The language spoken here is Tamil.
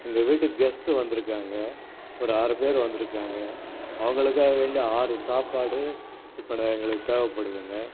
எங்கள் வீட்டுக்கு கெஸ்ட்டு வந்துருக்காங்க ஒரு ஆறு பேர் வந்துருக்காங்க அவங்களுக்காக வேண்டி ஆறு சாப்பாடு இப்போ நான் எங்களுக்கு தேவைப்படுதுங்க